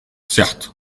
certes